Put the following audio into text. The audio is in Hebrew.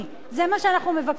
זה מה שאנחנו מבקשים.